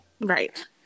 Right